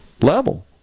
level